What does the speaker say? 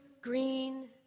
green